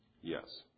Yes